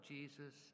Jesus